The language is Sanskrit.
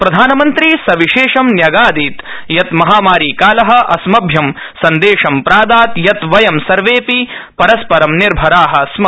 प्रधानमन्त्री सविशेषं न्यगादीत् यत् महामारिकाल अस्मभ्यं सन्देशं प्रादात् यत् वयं सर्वेऽपि परस्परं निर्भरा स्म